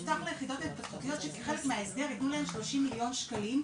הובטח ליחדות ההתפתחותיות שכחלק מההסדר יתנו להם 30 מיליון שקלים.